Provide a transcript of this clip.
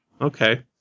okay